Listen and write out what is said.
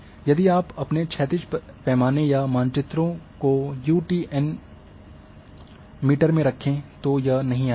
यदि आप अपने क्षैतिज पैमाने या मानचित्रों को यू टी एन को मीटर में रखें तो यह नहीं आएगा